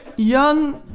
young,